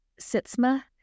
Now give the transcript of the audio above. Sitzma